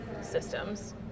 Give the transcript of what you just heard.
systems